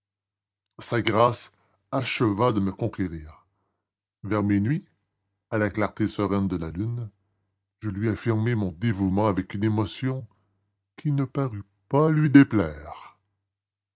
sa grâce acheva de me conquérir vers minuit à la clarté sereine de la lune je lui affirmai mon dévouement avec une émotion qui ne parut pas lui déplaire